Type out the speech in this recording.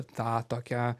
tą tokią